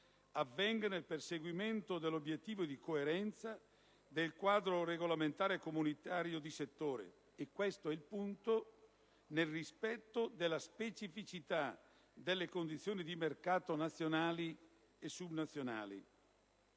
avvenga nel perseguimento dell'obiettivo di coerenza del quadro regolamentare e comunitario di settore e - questo è il punto - nel rispetto della specificità delle condizioni di mercato nazionali e subnazionali.